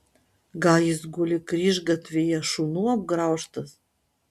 gal jis guli kryžgatvyje šunų apgraužtas